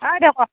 অঁ বাইদেউ কওক